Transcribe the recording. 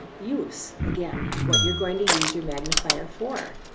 use again, what you're going to use your magnifier for.